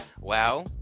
WoW